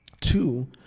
two